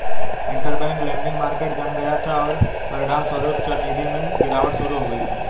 interbank lending market जम गया था, और परिणामस्वरूप चलनिधि में गिरावट शुरू हो गई थी